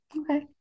Okay